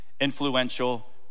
influential